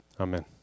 Amen